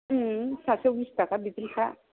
सासेयाव बिस थाखा बिदिखा